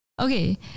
Okay